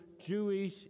Jewish